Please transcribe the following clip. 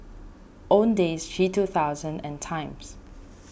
Owndays G two thousand and Times